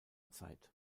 zeit